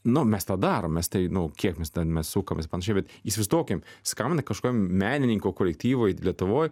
nu mes tą darom mes tai nu kiek mes ten mes sukamės panašiai bet įsivaizduokim skambina kažkokiam menininkų kolektyvui lietuvoj